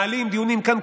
מעלים דיונים כאן,